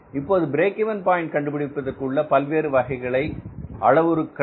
இப்போது break even point கண்டுபிடிப்பதற்கு உள்ள பல்வேறு வழிகள் அளவுருக்கள்